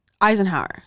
Eisenhower